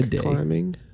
climbing